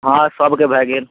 हँ सबके भए गेल